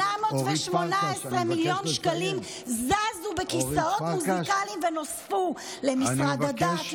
818 מיליון שקלים זזו בכיסאות מוזיקליים ונוספו למשרד הדת,